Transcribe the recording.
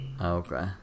Okay